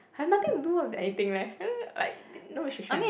have nothing to do with anything leh like no restriction